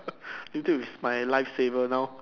YouTube is my life savor now